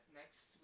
next